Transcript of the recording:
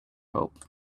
hope